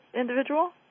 individual